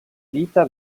vita